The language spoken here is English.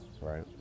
right